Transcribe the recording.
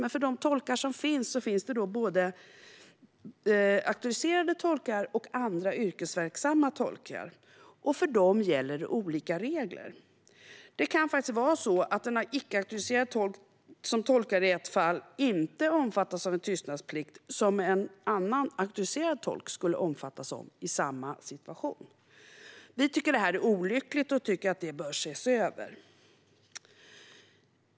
Bland de tolkar vi har finns det både auktoriserade tolkar och andra yrkesverksamma tolkar, och för dem gäller olika regler. Det kan vara så i ett fall att en icke auktoriserad tolk inte omfattas av den tystnadsplikt som en auktoriserad tolk skulle omfattas av i samma situation. Vi tycker att det här är olyckligt och bör ses över.